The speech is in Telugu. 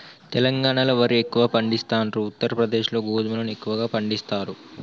తెలంగాణాల వరి ఎక్కువ పండిస్తాండ్రు, ఉత్తర ప్రదేశ్ లో గోధుమలను ఎక్కువ పండిస్తారు